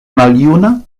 maljuna